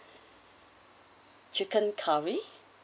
chicken curry